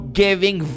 giving